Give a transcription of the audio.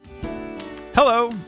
Hello